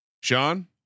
Sean